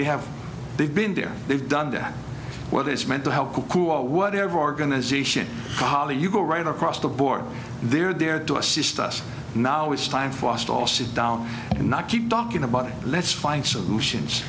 they have they've been there they've done that whether it's mental health kuku or whatever organization that you go right across the board they're there to assist us now it's time for us to all sit down and not keep talking about it let's find solutions